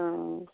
অঁ